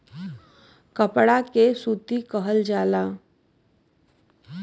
कपड़ा के सूती कहल जाला